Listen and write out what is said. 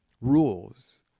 rules